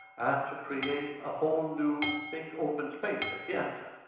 and to create a whole new big open space, a piazza,